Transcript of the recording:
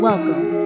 Welcome